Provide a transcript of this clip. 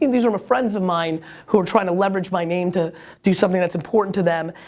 these are friends of mine who are trying to leverage my name to do something that's important to them,